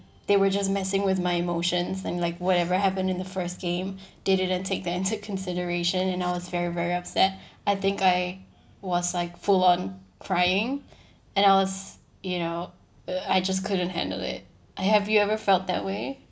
they were just messing with my emotions and like whatever happened in the first game they didn't take that into consideration and I was very very upset I think I was like full on crying and I was you know uh I just couldn't handle it uh have you ever felt that way